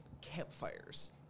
campfires